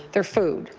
their food,